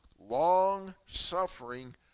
long-suffering